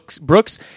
Brooks